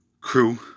crew